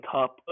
top